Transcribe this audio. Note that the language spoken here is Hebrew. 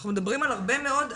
אנחנו מדברים על הרבה מאוד,